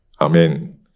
Amen